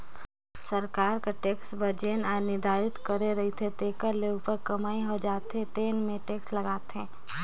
सरकार कर टेक्स बर जेन आय निरधारति करे रहिथे तेखर ले उप्पर कमई हो जाथे तेन म टेक्स लागथे